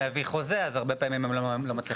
להביא חוזה אז הרבה פעמים הם לא מצליחים.